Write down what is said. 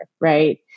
Right